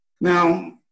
Now